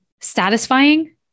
satisfying